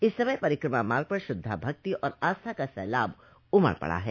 इस समय परिक्रमा मार्ग पर श्रद्धा भक्ति और आस्था का सैलाब उमड़ पडा है